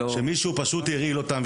שמישהו פשוט הרעיל אותם,